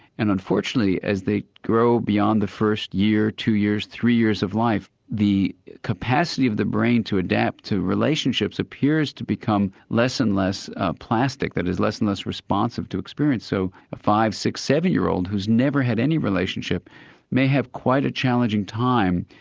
and unfortunately as they grow beyond the first year, two years, three years of life, the capacity of the brain to adapt to relationships appears to become less and less plastic. that is less and less responsive to experience, so a five, six, seven-year-old who's never had any relationship may have quite a challenging time,